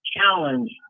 challenge